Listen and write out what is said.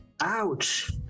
Ouch